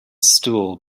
stool